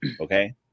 Okay